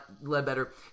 Ledbetter